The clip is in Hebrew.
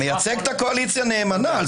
אתה מייצג את הקואליציה נאמנה.